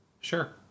Sure